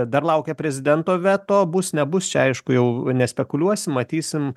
dar laukia prezidento veto bus nebus čia aišku jau nespekuliuosim matysim